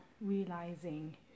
realizing